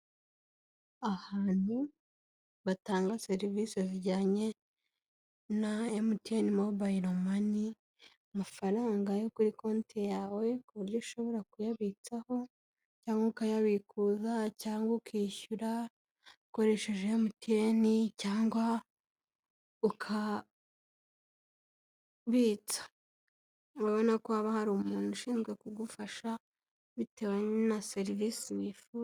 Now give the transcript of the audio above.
Ahantu batanga serivise zijyanye na Emutiyeni mobayiro mani, amafaranga yo kuri konti yawe ku buryo ushobora kuyabitsaho cyangwa ukayabikuza cyangwa ukishyura ukoresheje Emutiyeni cyangwa ukabitsa, urabona ko haba hari umuntu ushinzwe kugufasha bitewe na serivisi wifuza.